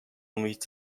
meets